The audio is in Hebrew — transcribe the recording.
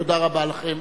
תודה רבה לכם,